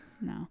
No